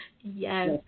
Yes